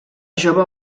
jove